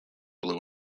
blue